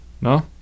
No